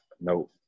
no